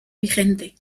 vigente